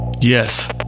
Yes